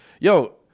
yo